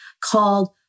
called